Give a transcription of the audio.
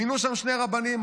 מינו שם שני רבנים,